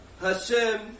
Hashem